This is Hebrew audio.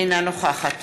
אינה נוכחת